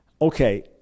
Okay